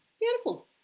beautiful